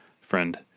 friend